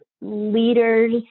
leaders